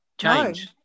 change